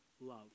love